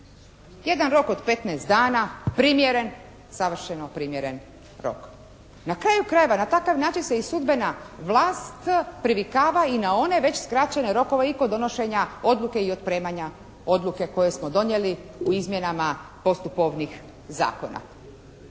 Jedan rok od 15 dana primjeren, savršeno primjeren rok. Na kraju krajeva na takav način se i sudbena vlast privikava i na one već skraćene rokove i kod donošenja i otpremanja odluke koje smo donijeli u izmjenama postupovnih zakona.